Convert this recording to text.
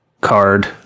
card